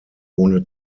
ohne